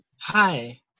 Hi